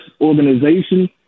organization